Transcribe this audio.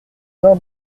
d’un